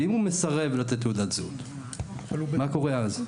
אם הוא מסרב לתת תעודת זהות, מה קורה אז?